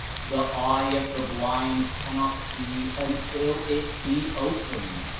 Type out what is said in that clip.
the eye of the blind cannot see until it be opened,